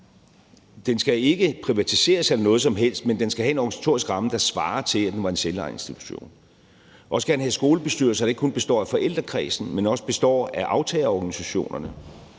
Den skal ikke privatiseres eller noget som helst, men den skal have en organisatorisk ramme, der svarer til, at den var en selvejende institution. Vi vil også gerne have, at skolebestyrelserne ikke kun består af forældrekredsen, men også består af aftagerorganisationerne